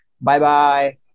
Bye-bye